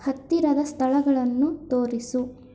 ಹತ್ತಿರದ ಸ್ಥಳಗಳನ್ನು ತೋರಿಸು